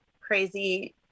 crazy